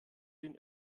den